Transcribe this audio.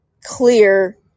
clear